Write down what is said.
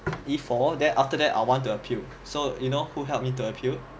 e four then after that I want to appeal so you know who help me to appeal